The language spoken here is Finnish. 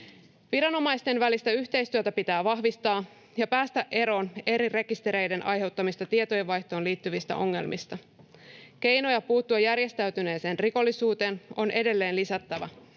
Viranomaisten välistä yhteistyötä pitää vahvistaa ja päästä eroon eri rekistereiden aiheuttamista tietojenvaihtoon liittyvistä ongelmista. Keinoja puuttua järjestäytyneeseen rikollisuuteen on edelleen lisättävä,